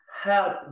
help